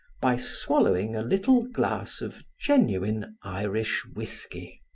by swallowing a little glass of genuine irish whiskey.